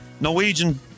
Norwegian